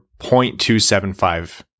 0.275